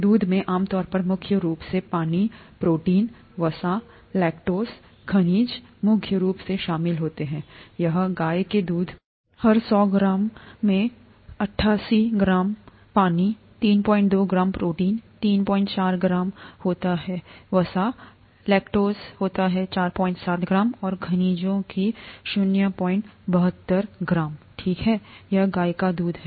दूध में आमतौर पर मुख्य रूप से पानी प्रोटीन वसा लैक्टोज खनिज मुख्य रूप से शामिल होते हैं यहां गाय के दूध में हर सौ ग्राम 88 ग्राम पानी 32 ग्राम प्रोटीन 34 ग्राम होता है वसा की लैक्टोज की 47 ग्राम और खनिजों की 072 ग्राम ठीक है कि गाय का दूध है